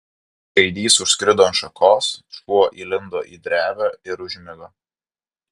gaidys užskrido ant šakos šuo įlindo į drevę ir užmigo